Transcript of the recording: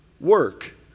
work